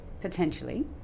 potentially